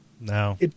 No